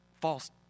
false